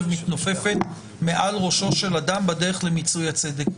מתנופפת מעל ראשו של אדם בדרך למיצוי הצדק.